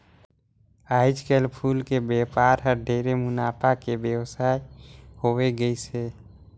आयज कायल फूल के बेपार हर ढेरे मुनाफा के बेवसाय होवे गईस हे